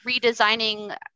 redesigning